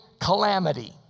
calamity